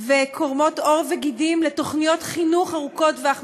וקורמות עור וגידים לתוכניות חינוך ארוכות טווח.